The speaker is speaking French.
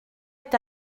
est